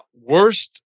worst